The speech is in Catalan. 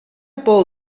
pol